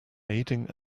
aiding